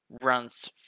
runs